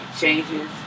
changes